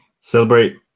Celebrate